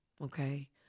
okay